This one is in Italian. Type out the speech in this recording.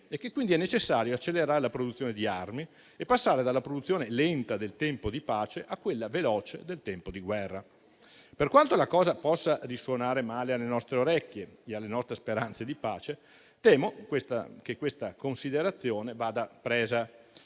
e che quindi è necessario accelerare la produzione di armi e passare dalla produzione lenta del tempo di pace a quella veloce del tempo di guerra. Per quanto la cosa possa risuonare male alle nostre orecchie e alle nostre speranze di pace, temo che questa considerazione vada presa